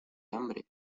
hambre